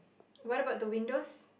what about the windows